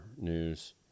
news